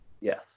Yes